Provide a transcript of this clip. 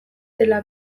dela